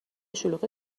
شلوغ